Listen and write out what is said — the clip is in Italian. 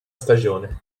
stagione